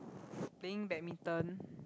playing badminton